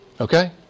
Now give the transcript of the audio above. Okay